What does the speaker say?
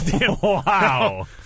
Wow